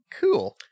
Cool